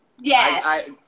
Yes